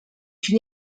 une